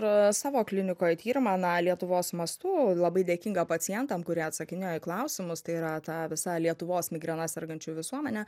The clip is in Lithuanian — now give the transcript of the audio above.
savo klinikoj tyrimą na lietuvos mastu labai dėkinga pacientam kurie atsakinėjo į klausimus tai yra ta visa lietuvos migrena sergančių visuomenę